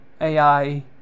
AI